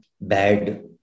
bad